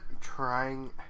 trying